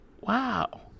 Wow